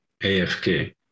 AFK